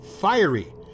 fiery